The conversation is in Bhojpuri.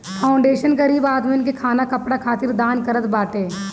फाउंडेशन गरीब आदमीन के खाना कपड़ा खातिर दान करत बाटे